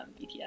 BTS